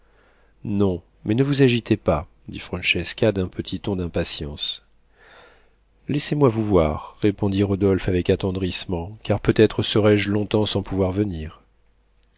non mais ne vous agitez pas dit francesca d'un petit ton d'impatience laissez-moi vous voir répondit rodolphe avec attendrissement car peut-être serai-je longtemps sans pouvoir venir